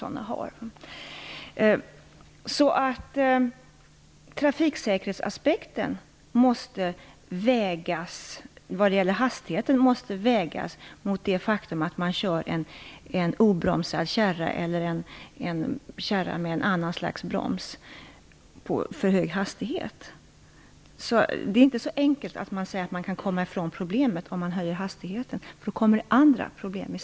Vad gäller hastigheten måste man i trafiksäkerhetsaspekten väga in det faktum att man kör en kärra utan bromsar eller en kärra med en annan slags broms med för hög hastighet. Det är inte så enkelt att man kan säga att man kan komma ifrån problemet om man höjer hastigheten, för då uppstår det i stället andra problem.